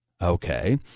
okay